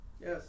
Yes